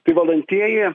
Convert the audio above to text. tai valdantieji